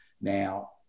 Now